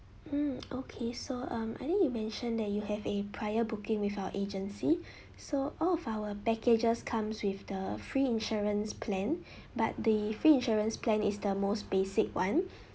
mm okay so um I think you mentioned that you have a prior booking with our agency so all of our packages comes with the free insurance plan but the free insurance plan is the most basic one